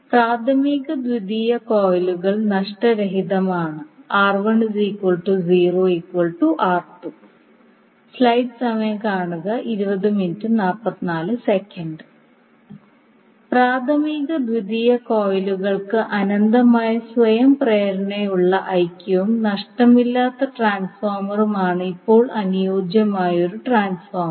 പ്രാഥമിക ദ്വിതീയ കോയിലുകൾ നഷ്ടരഹിതമാണ് പ്രാഥമിക ദ്വിതീയ കോയിലുകൾക്ക് അനന്തമായ സ്വയം പ്രേരണകളുള്ള ഐക്യവും നഷ്ടമില്ലാത്ത ട്രാൻസ്ഫോർമറുമാണ് ഇപ്പോൾ അനുയോജ്യമായ ഒരു ട്രാൻസ്ഫോർമർ